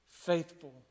faithful